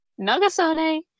Nagasone